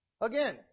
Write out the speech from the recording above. Again